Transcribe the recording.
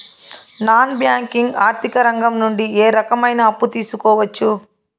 Non banking ఆర్థిక రంగం నుండి ఏ రకమైన అప్పు తీసుకోవచ్చు?